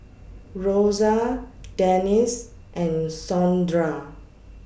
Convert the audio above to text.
Rosa Denis and Sondra